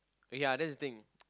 ya that's the thing